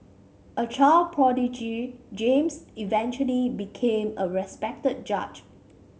a child prodigy James eventually became a respected judge